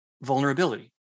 vulnerability